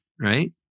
Right